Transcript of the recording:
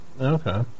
Okay